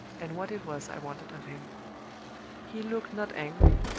and what it was i wanted of him he looked not angry,